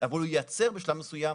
אבל הוא ייעצר בשלב מסוים,